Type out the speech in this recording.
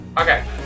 Okay